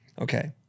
Okay